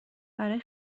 برای